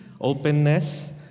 openness